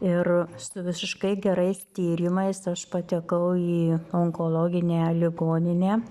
ir su visiškai gerais tyrimais aš patekau į onkologinę ligoninę